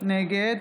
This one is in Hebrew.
נגד